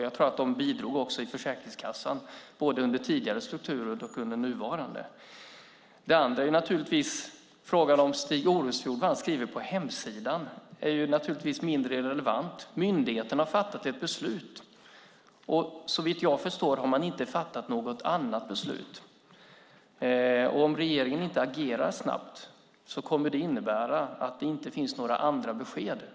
Jag tror att de bidrog i Försäkringskassan, både under tidigare strukturer och under nuvarande. Det andra är frågan om Stig Orefjord: Vad han skriver på hemsidan är naturligtvis mindre relevant. Myndigheten har fattat ett beslut. Såvitt jag förstår har man inte fattat något annat beslut. Om regeringen inte agerar snabbt kommer detta att innebära att det inte finns några andra besked.